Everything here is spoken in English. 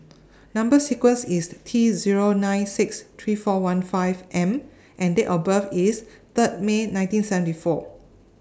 Number sequence IS T Zero nine six three four one five M and Date of birth IS Third May nineteen seventy four